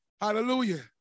Hallelujah